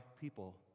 people